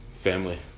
Family